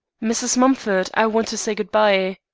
mrs. mumford, i want to say good-bye